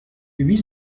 huit